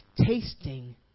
tasting